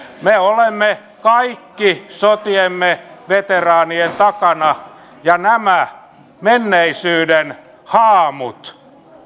me olemme kaikki sotiemme veteraanien takana ja nämä menneisyyden haamut